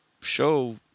show